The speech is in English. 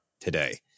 today